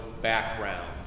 background